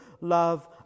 love